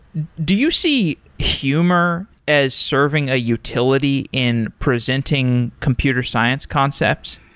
do you see humor as serving a utility in presenting computer science concepts?